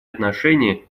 отношения